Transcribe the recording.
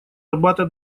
арбата